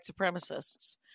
supremacists